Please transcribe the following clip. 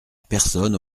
personne